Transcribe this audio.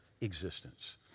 existence